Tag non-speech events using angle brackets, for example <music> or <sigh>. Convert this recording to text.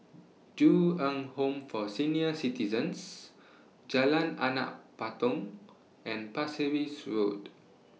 <noise> Ju Eng Home For Senior Citizens Jalan Anak Patong and Pasir Ris Road